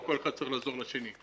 וכל אחד צריך לעזור לשני.